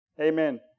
Amen